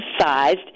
sized